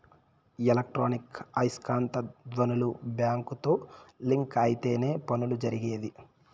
electronic ఐస్కాంత ధ్వనులు బ్యాంకుతో లింక్ అయితేనే పనులు జరిగేది